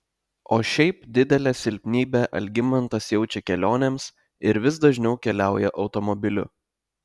o šiaip didelę silpnybę algimantas jaučia kelionėms ir vis dažniau keliauja automobiliu